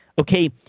Okay